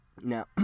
Now